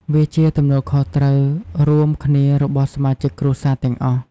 វាជាទំនួលខុសត្រូវរួមគ្នារបស់សមាជិកគ្រួសារទាំងអស់។